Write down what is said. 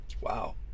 Wow